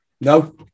No